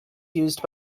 used